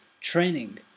training